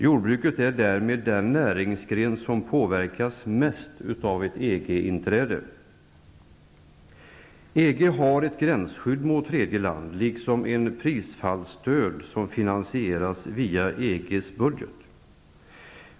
Jordbruket är därmed den näringsgren som påverkas mest av ett EG har ett gränsskydd mot tredje land, liksom ett prisfallsstöd som finansieras via EG:s budget.